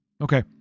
Okay